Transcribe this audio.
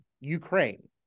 Ukraine